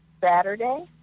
Saturday